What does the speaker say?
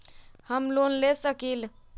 हम लोन ले सकील?